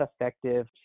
effective